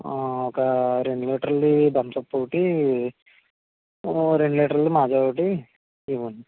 ఒక రెండు లీటర్లది థంబ్స్ అప్ ఒకటి ఒక రెండు లీటర్లది మాజ ఒకటి ఇవ్వండి